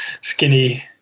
skinny